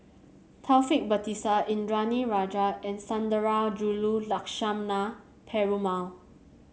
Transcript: Taufik Batisah Indranee Rajah and Sundarajulu Lakshmana Perumal